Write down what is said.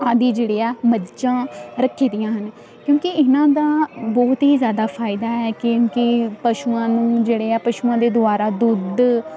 ਆਦਿ ਜਿਹੜੇ ਆ ਮੱਝਾਂ ਰੱਖੀ ਦੀਆਂ ਹਨ ਕਿਉਂਕਿ ਇਹਨਾਂ ਦਾ ਬਹੁਤ ਹੀ ਜ਼ਿਆਦਾ ਫਾਇਦਾ ਹੈ ਕਿਉਂਕਿ ਪਸ਼ੂਆਂ ਨੂੰ ਜਿਹੜੇ ਆ ਪਸ਼ੂਆਂ ਦੇ ਦੁਆਰਾ ਦੁੱਧ